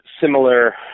similar